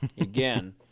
Again